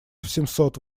семьсот